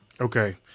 Okay